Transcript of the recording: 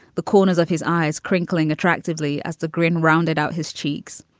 the corners of his eyes crinkling attractively as the grin rounded out his cheeks.